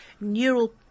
neural